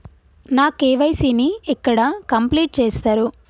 నా కే.వై.సీ ని ఎక్కడ కంప్లీట్ చేస్తరు?